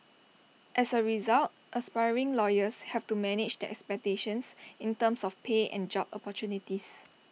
as A result aspiring lawyers have to manage their expectations in terms of pay and job opportunities